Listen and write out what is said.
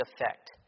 effect